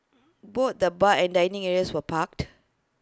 both the bar and dining areas were packed